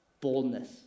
boldness